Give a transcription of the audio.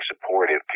supportive